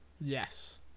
yes